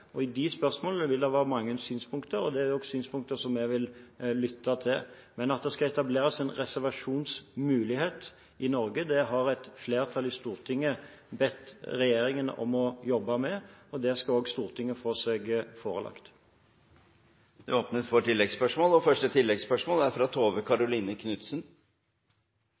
de spørsmålene vil det være mange synspunkter, og det er synspunkter vi vil lytte til. Men at det skal etableres en reservasjonsmulighet i Norge, har et flertall i Stortinget bedt regjeringen om å jobbe med, og det skal Stortinget få seg forelagt. Det åpnes for oppfølgingsspørsmål – først fra Tove Karoline Knutsen.